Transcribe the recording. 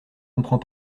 comprend